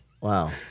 Wow